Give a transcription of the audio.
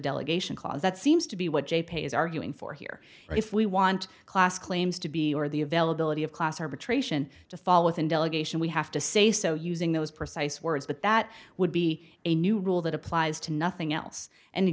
delegation clause that seems to be what j p is arguing for here if we want class claims to be or the availability of class arbitration to fall within delegation we have to say so using those precise words but that would be a new rule that applies to nothing else and